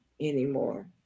anymore